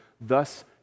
thus